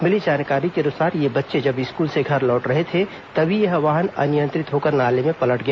मिली जानकारी के अनुसार ये बच्चे जब स्कूल से घर लौट रहे थे तभी यह वाहन अनियंत्रित होकर नाले में पलट गया